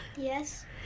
Yes